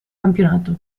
campionato